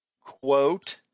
quote